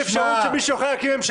בלי אפשרות שמישהו אחר יקים ממשלה,